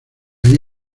ahí